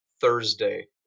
Thursday